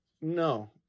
no